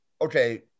okay